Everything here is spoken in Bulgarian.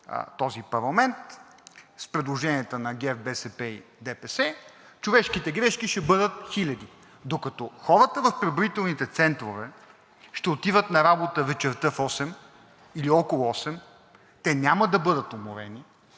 този парламент с предложенията на ГЕРБ, БСП и ДПС, човешките грешки ще бъдат хиляди. Докато хората в преброителните центрове ще отиват на работа вечерта в 20,00 ч., или около 20,00 ч., те няма да бъдат уморени,